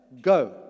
Go